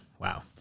Wow